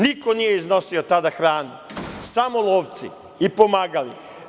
Niko nije iznosio tada hranu, samo lovci i pomagali.